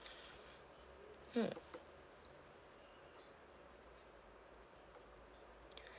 hmm